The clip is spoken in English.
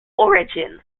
origin